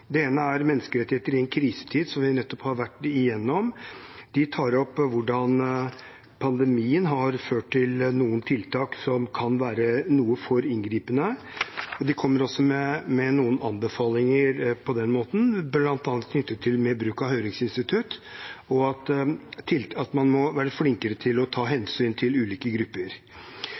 Det ene er menneskerettigheter i en krisetid, som vi nettopp har vært gjennom. De tar opp hvordan pandemien har ført til noen tiltak som kan være noe for inngripende, og de kommer også med noen anbefalinger, bl.a. knyttet til mer bruk av høringsinstitutt og at man må være flinkere til å ta hensyn til ulike grupper.